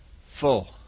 full